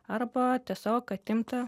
arba tiesiog atimti